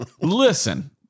listen